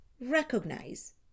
recognize